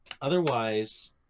Otherwise